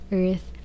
earth